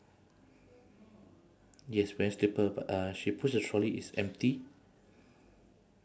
yes wearing slipper but uh she push the trolley it's empty